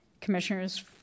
Commissioners